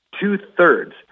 two-thirds